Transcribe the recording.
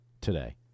today